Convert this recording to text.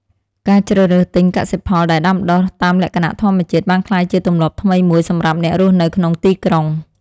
ការជ្រើសរើសទិញកសិផលដែលដាំដុះតាមលក្ខណៈធម្មជាតិបានក្លាយជាទម្លាប់ថ្មីមួយសម្រាប់អ្នករស់នៅក្នុងទីក្រុង។